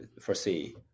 foresee